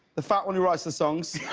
the fat one who writes the songs.